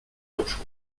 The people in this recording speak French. l’enfant